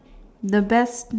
the best